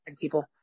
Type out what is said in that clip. people